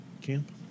camp